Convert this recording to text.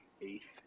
eighth